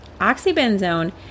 Oxybenzone